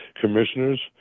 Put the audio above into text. commissioners